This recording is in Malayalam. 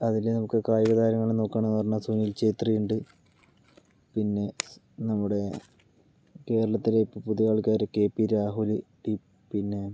അതിൽ നമുക്ക് കായിക താരങ്ങളെ നോക്കുകയാണെന്ന് പറഞ്ഞാൽ സുനിൽ ഛേത്രി ഉണ്ട് പിന്നെ നമ്മുടെ കേരളത്തിലെ ഇപ്പോൾ പുതിയ കളിക്കാർ കെ പി രാഹുല് പിന്നെ